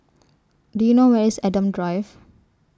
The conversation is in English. Do YOU know Where IS Adam Drive